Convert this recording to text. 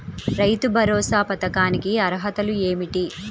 రైతు భరోసా పథకానికి అర్హతలు ఏమిటీ?